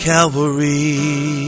Calvary